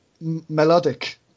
melodic